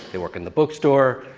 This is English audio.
they work in the bookstore.